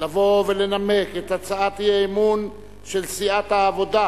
לבוא ולנמק את הצעת האי-אמון של סיעת העבודה,